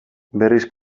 berriz